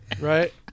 right